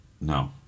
no